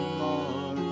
more